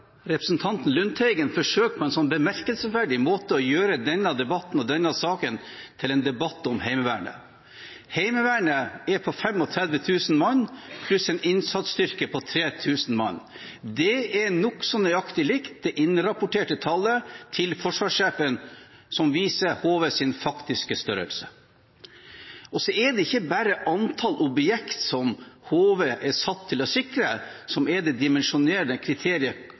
Representanten Lundteigen forsøker på en bemerkelsesverdig måte å gjøre denne debatten og denne saken til en debatt om Heimevernet. Heimevernet er på 35 000 mann pluss en innsatsstyrke på 3 000 mann. Det er nokså nøyaktig likt det innrapporterte tallet til forsvarssjefen, som viser HVs faktiske størrelse. Så er det ikke bare antall objekt som HV er satt til å sikre, som er det dimensjonerende kriteriet